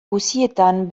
guztietan